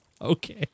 Okay